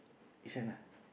this one ah